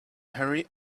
hurry